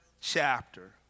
chapter